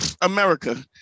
America